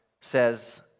says